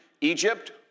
Egypt